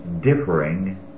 differing